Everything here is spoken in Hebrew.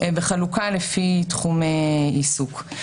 בחלוקה לפי תחומי עיסוק.